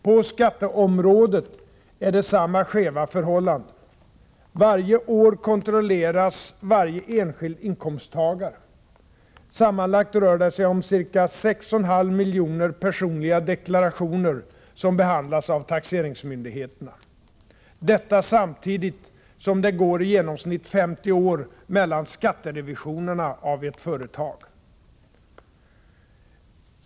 På skatteområdet är det samma skeva förhållanden: Varje år kontrolleras varje enskild inkomsttagare. Sammanlagt rör det sig om 6,5 miljoner personliga deklarationer som behandlas av taxeringsmyndigheterna. Samtidigt går det i genomsnitt 50 år mellan skatterevisionerna av ett företag.